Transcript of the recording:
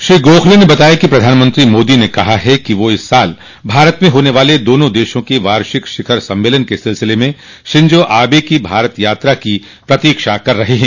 श्री गोखले ने बताया कि प्रधानमंत्री मोदी ने कहा है कि वे इस साल भारत में होने वाले दोनों देशों के वार्षिक शिखर सम्मेलन के सिलसिले में शिंजो आबे की भारत यात्रा की प्रतीक्षा कर रहे हैं